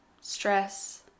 stress